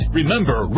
Remember